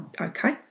Okay